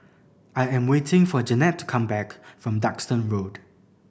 I am waiting for Janette to come back from Duxton Road